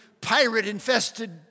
pirate-infested